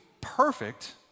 perfect